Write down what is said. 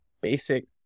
basic